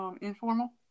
informal